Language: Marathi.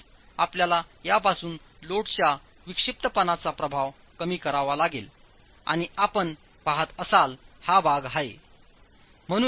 नक्कीच आपल्याला यापासून लोडच्या विक्षिप्तपणाचा प्रभाव कमी करावा लागेलआणि आपण पहात असलेला हा भाग आहे